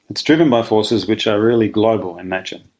it's driven by forces which are really global in nature.